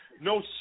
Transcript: No